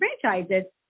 franchises